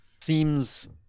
seems